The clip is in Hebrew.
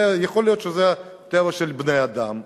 יכול להיות שזה טבע של בני-אדם,